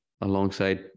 alongside